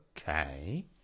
okay